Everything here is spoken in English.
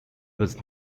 was